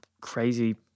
crazy